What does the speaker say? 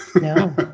No